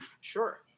Sure